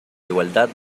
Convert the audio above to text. igualdad